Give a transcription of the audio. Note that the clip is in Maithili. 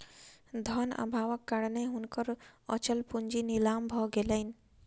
धन अभावक कारणेँ हुनकर अचल पूंजी नीलाम भ गेलैन